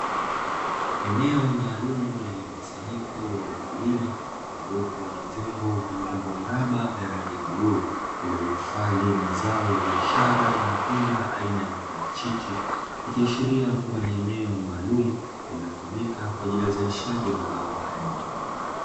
Eneo maalumu lenye mkusanyiko wa wakulima waliopo na vyombo vyenye umbo mraba vya rangi ya bluu, vilivyohifadhi mazao ya biashara ya matunda aina ya maparachichi. Ikiasharia kuwa ni eneo maalum lililotumika kwa ajili ya uzalishaji wa mazao hayo.